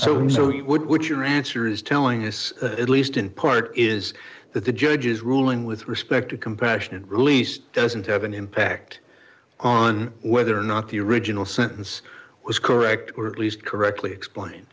would what your answer is telling us at least in part is that the judge's ruling with respect to compassionate release doesn't have an impact on whether or not the original sentence was correct or at least correctly explain